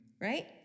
right